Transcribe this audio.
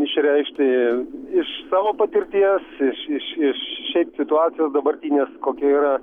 išreikšti iš savo patirties iš iš iš šiaip situacijos dabartinės kokia yra